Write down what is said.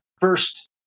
first